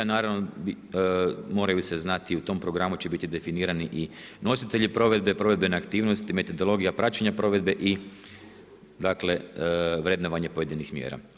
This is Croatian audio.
Naravno, moraju se znati i u tom programu će biti definirani i nositelji provedbe, provedbene aktivnosti, metodologija praćenja provedbe i vrednovanje pojedinih mjera.